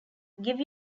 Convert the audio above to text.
give